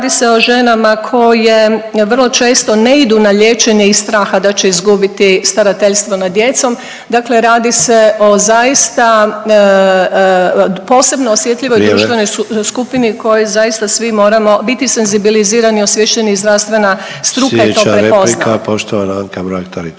radi se o ženama koje vrlo često ne idu na liječenje iz straha da će izgubiti starateljstvo nad djecom. Dakle, radi se o zaista posebno osjetljivoj društvenoj skupini … …/Upadica Sanader: Vrijeme./… … koje zaista svi moramo biti senzibilizirani, osviješteni i zdravstvena struka to prepozna. **Sanader, Ante (HDZ)** Sljedeća replika poštovana Anka Mrak-Taritaš.